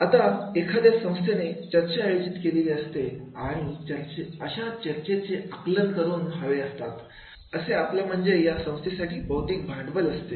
आता एखाद्या संस्थेने चर्चा आयोजित केलेली असते आणि अशा चर्चेचे निकाल आकलन करून हवे असतात असे आपलं म्हणजे या संस्थेसाठी बौद्धिक भांडवल असते